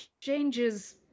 changes